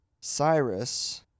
Cyrus